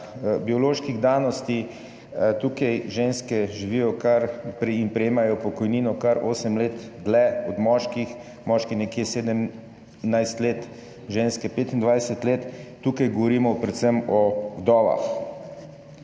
bioloških danosti ženske živijo in prejemajo pokojnino kar osem let dlje od moških, moški nekje 17 let, ženske 25 let, tukaj govorimo predvsem o vdovah.